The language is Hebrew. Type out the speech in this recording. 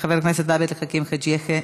חבר הכנסת עבד אל חכים חאג' יחיא,